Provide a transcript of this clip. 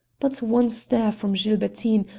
but one stare from gilbertine,